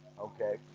Okay